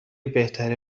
بهتره